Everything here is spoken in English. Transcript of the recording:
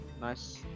Nice